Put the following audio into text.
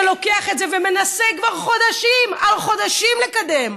שלוקח את זה ומנסה כבר חודשים על חודשים לקדם,